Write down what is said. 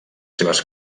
seves